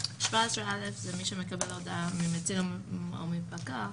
17(א) מי שמקבל הודעת אזהרה ממציל או מפקח